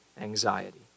anxiety